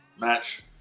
match